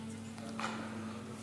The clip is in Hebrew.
שמח.